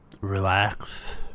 relax